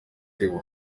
theo